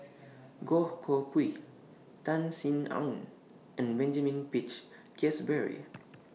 Goh Koh Pui Tan Sin Aun and Benjamin Peach Keasberry